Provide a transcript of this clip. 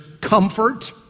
Comfort